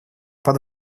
под